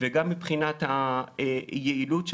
וגם מבחינת היעילות שלו,